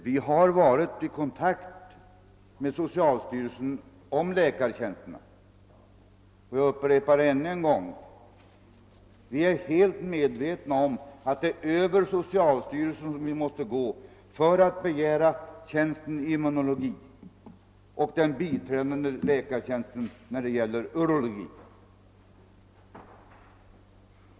Vi har varit i kontakt med socialstyrelsen om läkartjänsterna, och jag upprepar att vi är helt medvetna om att det är över socialstyrelsen vi måste gå för att begära tjänsten i immunologi och tjänsten som biträdande läkare i urologi.